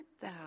thou